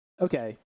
Okay